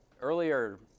Earlier